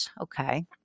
Okay